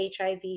HIV